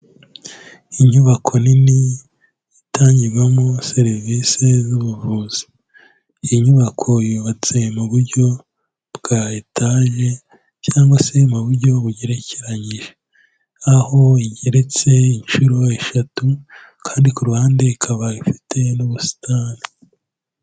Inyubako nini itangirwamo serivisi z'ubuvuzi, iyi nyubako yubatse mu buryo bwa etaje cyangwa se mu buryo bugerekeyije, aho igeretse inshuro eshatu kandi ku ruhande ikaba ifite n'ubusitani.